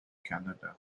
canada